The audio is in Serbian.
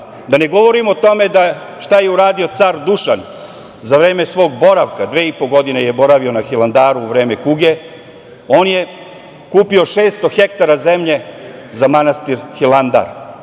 ne govorim o tome šta je uradio car Dušan za vreme svog boravka, dve i po godine je boravio na Hilandaru u vreme kuge. On je kupio 600 hektara zemlje za manastir Hilandar.